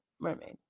mermaid